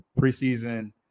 preseason